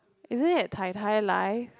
isn't it tai-tai life